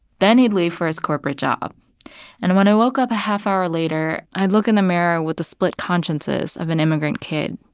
then he'd leave for his corporate job and when i woke up a half-hour later, i'd look in the mirror with the split consciences of an immigrant kid.